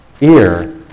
ear